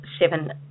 seven